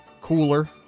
cooler